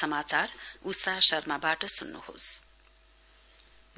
Covid vaccine